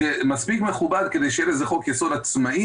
זה מספיק מכובד כדי שיהיה לזה חוק יסוד עצמאי,